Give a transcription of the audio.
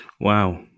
wow